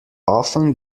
often